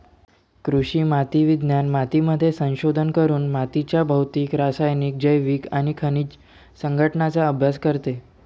कृषी माती विज्ञान मातीमध्ये संशोधन करून मातीच्या भौतिक, रासायनिक, जैविक आणि खनिज संघटनाचा अभ्यास करते